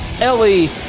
Ellie